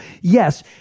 yes